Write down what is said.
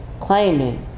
claiming